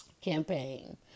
campaign